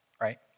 right